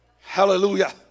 Hallelujah